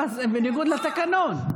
זה בניגוד לתקנון.